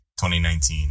2019